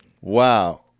Wow